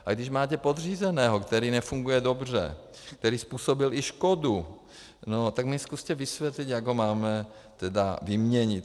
A když máte podřízeného, který nefunguje dobře, který způsobil i škodu, tak mi zkuste vysvětlit, jak ho máme vyměnit.